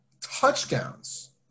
Touchdowns